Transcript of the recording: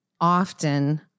often